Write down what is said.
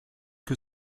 que